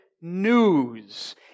news